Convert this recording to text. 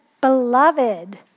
beloved